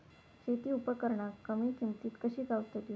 शेती उपकरणा कमी किमतीत कशी गावतली?